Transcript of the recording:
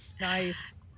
nice